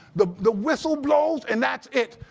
the the whistle blows and that's it.